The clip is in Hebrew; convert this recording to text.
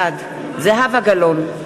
בעד זהבה גלאון,